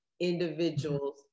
individuals